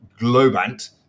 Globant